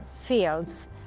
fields